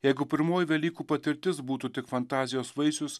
jeigu pirmoji velykų patirtis būtų tik fantazijos vaisius